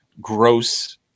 gross